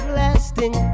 lasting